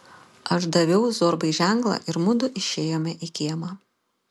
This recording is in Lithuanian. aš daviau zorbai ženklą ir mudu išėjome į kiemą